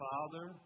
Father